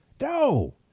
No